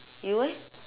you eh